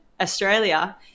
Australia